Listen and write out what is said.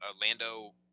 Lando